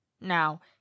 Now